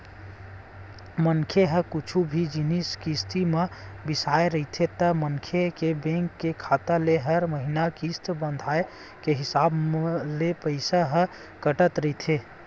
मनखे ह कुछु भी जिनिस किस्ती म बिसाय रहिथे ता मनखे के बेंक के खाता ले हर महिना किस्ती बंधाय के हिसाब ले पइसा ह कटत रहिथे